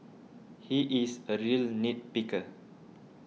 he is a real nit picker